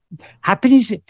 happiness